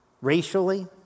racially